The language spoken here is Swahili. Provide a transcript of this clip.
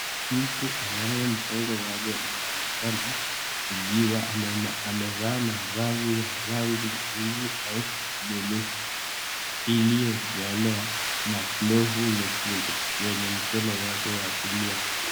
Mtu ambaye mgongo wake unaonekana ukiwa amevaa mavazi ya rangi nyeusi au bluu, iliyokolea na glovu nyekundu kwenye mkono wake wakulia.